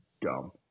dumb